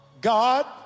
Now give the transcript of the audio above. God